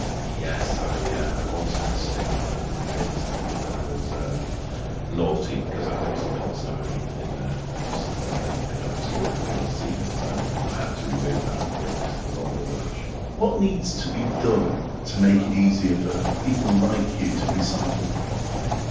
yes, i yeah i once had a sticker put on my bin telling me that i was naughty because i'd put some polystyrene in there once and they'd they'd obviously opened the bin and seen it. so to remove that and put it into the normal rubbish what needs to be done to make it easier for people like you to recycle properly?